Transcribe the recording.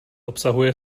obsahuje